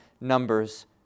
Numbers